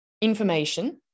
information